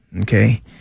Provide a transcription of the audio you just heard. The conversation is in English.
Okay